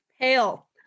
pale